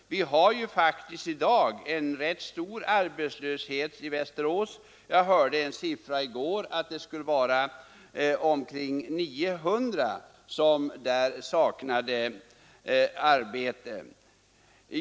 Vi har faktiskt en ganska stor arbetslöshet i Västerås i dag. Jag hörde i går att omkring 900 personer där saknar arbete.